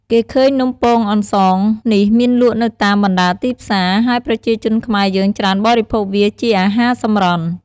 គេឃើញនំំពងអន្សងនេះមានលក់នៅតាមបណ្តាទីផ្សារ ហើយប្រជាជនខ្មែរយើងច្រើនបរិភោគវាជាអាហារសម្រន់។